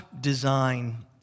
design